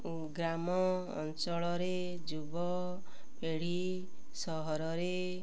ଗ୍ରାମ ଅଞ୍ଚଳରେ ଯୁବପିଢ଼ି ସହରରେ